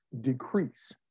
decrease